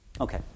Okay